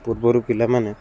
ପୂର୍ବରୁ ପିଲାମାନେ